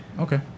Okay